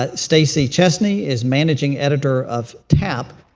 ah stacy chesney is managing editor of tap,